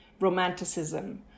romanticism